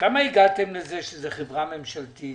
למה הגעתם לזה שזה חברה ממשלתית?